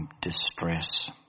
distress